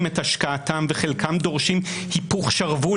את השקעתם וחלקם דורשים היפוך שרוול,